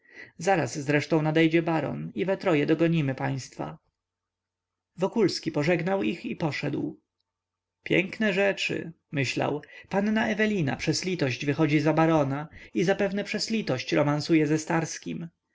zaraz nadejdzie baron i we troje dogonimy państwa wokulski pożegnał ich i poszedł piękne rzeczy myślał panna ewelina przez litość wychodzi za barona i zapewne przez litość romansuje ze starskim